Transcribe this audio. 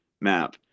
map